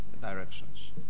directions